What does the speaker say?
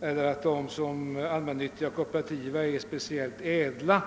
är »skumma» eller att allmännyttiga och kooperativa företag är ädla.